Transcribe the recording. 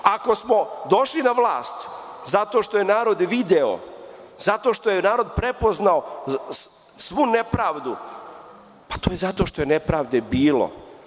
Ako smo došli na vlast zato što je narod video, zato što je narod prepoznao svu nepravdu, pa to je zato što je nepravde bilo.